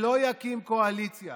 שלא יקים קואליציה